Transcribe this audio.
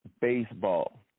baseball